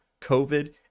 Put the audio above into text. COVID